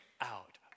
out